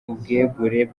ubwegure